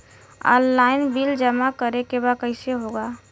Online bill जमा करे के बा कईसे होगा?